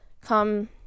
come